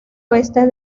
oeste